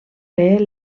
fer